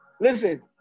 Listen